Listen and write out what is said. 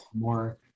more